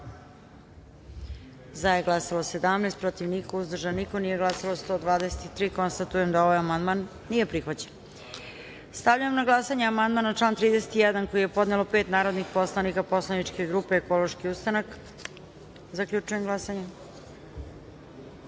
za - 17, protiv - niko, uzdržan - niko, nije glasalo 123 narodnih poslanika. Konstatujem da ovaj amandman nije prihvaćen. Stavljam na glasanje amandman na član 31. koji je podnelo pet narodnih poslanika poslaničke grupe Ekološki ustanak. Zaključujem glasanje: